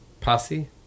Posse